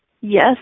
yes